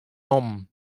nommen